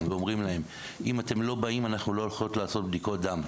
ואומרים להם: אם אתם לא באים אנחנו לא הולכים לעשות בדיקות דם.